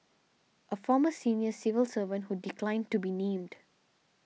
a former senior civil servant who declined to be named